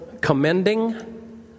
commending